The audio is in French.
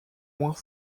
moins